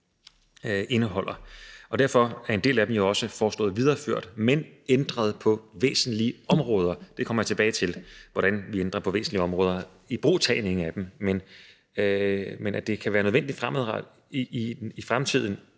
Derfor er en del af dem jo også foreslået videreført, men ændret på væsentlige områder. Jeg kommer tilbage til, hvordan vi på væsentlige områder ændrer i forhold til ibrugtagningen af dem. Men at det kan være nødvendigt i fremtiden